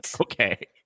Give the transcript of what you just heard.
Okay